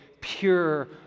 pure